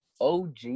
OG